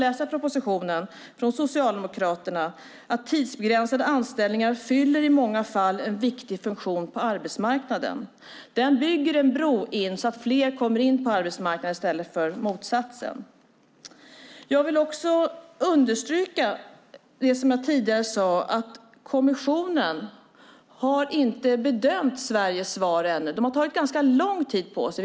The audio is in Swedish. I propositionen från Socialdemokraterna kan man läsa att tidsbegränsade anställningar i många fall fyller en viktig funktion på arbetsmarknaden. De bygger en bro så att fler kommer in på arbetsmarknaden i stället för motsatsen. Jag vill understryka det som jag tidigare sade om att kommissionen ännu inte har bedömt Sveriges svar. Man har tagit ganska lång tid på sig.